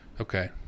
Okay